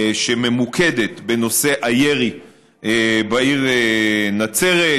שממוקדת בנושא הירי בעיר נצרת,